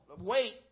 wait